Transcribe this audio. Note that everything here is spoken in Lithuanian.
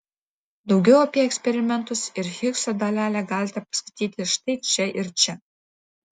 daugiau apie eksperimentus ir higso dalelę galite paskaityti štai čia ir čia